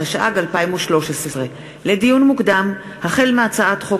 התשע"ג 2013. לדיון מוקדם: החל בהצעת חוק